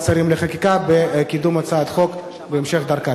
השרים לחקיקה בקידום הצעת החוק בהמשך דרכה.